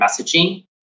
messaging